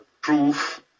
proof